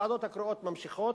הוועדות הקרואות ממשיכות,